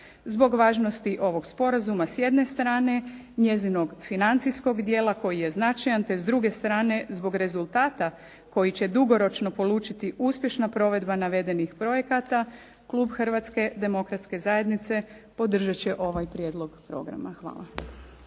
Zbog važnosti ovog sporazuma sa jedne strane, njezinog financijskog dijela koji je značajan te s druge strane zbog rezultata koji će dugoročno polučiti uspješna provedba navedenih projekata, Klub Hrvatske Demokratske Zajednice podržati će ovaj prijedlog programa. Hvala.